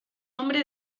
hombre